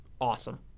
awesome